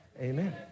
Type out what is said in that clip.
Amen